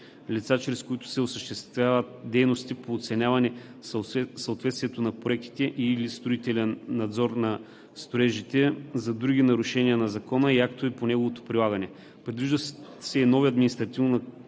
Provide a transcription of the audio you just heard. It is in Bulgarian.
лица, чрез които се осъществяват дейностите по оценяване съответствието на проектите и/или строителен надзор на строежите за други нарушения на закона и актовете по неговото прилагане. Предвиждат се и нови административнонаказателни